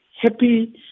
happy